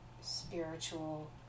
spiritual